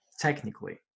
technically